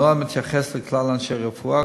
הנוהל מתייחס לכלל אנשי רפואה,